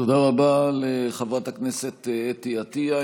תודה רבה לחברת הכנסת אתי עטייה.